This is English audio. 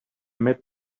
met